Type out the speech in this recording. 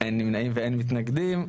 אין נמנעים ואין מתנגדים.